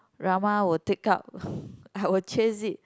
drama were take out I will chase it